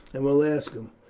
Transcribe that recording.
and will ask him,